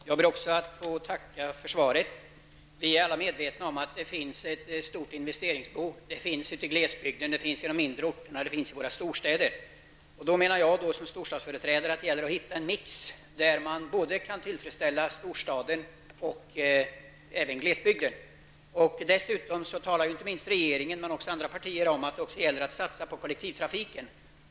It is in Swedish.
Herr talman! Också jag vill tacka för svaret. Vi är alla medvetna om att det finns ett stort investeringsbehov ute i glesbygden, i de mindre orterna och i storstäderna. Som storstadsföreträdare menar jag att det gäller att hitta en ''mix'', där både storstäderna och glesbygderna kan tillgodoses. Dessutom talar såväl regeringen som andra partier om att det gäller att satsa på kollektivtrafiken.